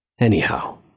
Anyhow